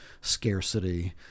scarcity